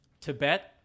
Tibet